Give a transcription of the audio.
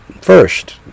First